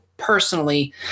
personally